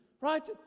Right